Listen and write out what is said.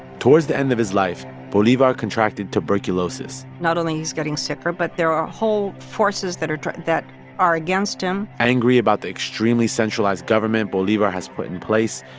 towards the end of his life, bolivar contracted tuberculosis not only he's getting sicker, but there are whole forces that are that are against him angry about the extremely centralized government bolivar has put in place,